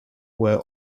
were